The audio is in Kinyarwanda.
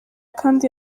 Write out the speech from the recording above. kandi